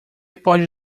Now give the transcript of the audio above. pode